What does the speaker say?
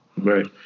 right